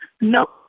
No